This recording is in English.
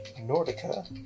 Nordica